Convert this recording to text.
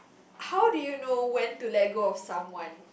how do you know when to let go of someone